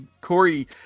Corey